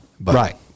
Right